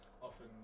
often